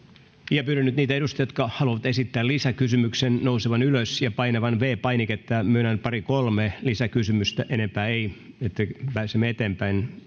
pyydän nyt niitä edustajia jotka haluavat esittää lisäkysymyksiä nousemaan ylös ja painamaan viides painiketta myönnän pari kolme lisäkysymystä enempää ei niin että pääsemme eteenpäin